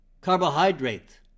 carbohydrates